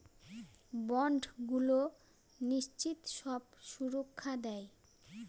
বন্ডগুলো নিশ্চিত সব সুরক্ষা দেয়